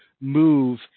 move